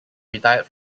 retired